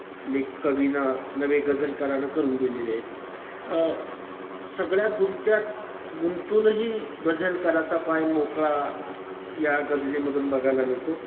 ले कविनं नव्हे गजलकारानं करून दिलेले आहेत सगळ्यात गुंंत्यात गुंतूनही गजलकाराचा पाय मोकळा या गजलीमधून बघायला मिळतो